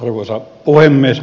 arvoisa puhemies